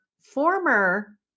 former